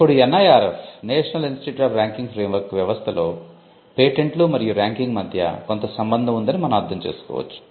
ఇప్పుడు NIRF National Institute of Ranking Framework వ్యవస్థలో పేటెంట్లు మరియు ర్యాంకింగ్ మధ్య కొంత సంబంధం ఉందని మనం అర్ధం చేసుకోవచ్చు